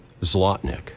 Zlotnick